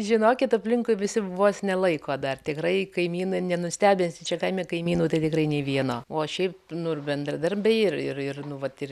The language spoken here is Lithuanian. žinokit aplinkui visi vos ne laiko dar tikrai kaimynai nenustebinsi čia kaime kaimynų tai tikrai nei vieno o šiaip nu ir bendradarbiai ir ir ir nu vat ir